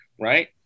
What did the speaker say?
right